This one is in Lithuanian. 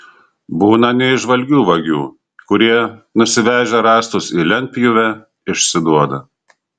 būna neįžvalgių vagių kurie nusivežę rąstus į lentpjūvę išsiduoda